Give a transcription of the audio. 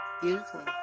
Beautiful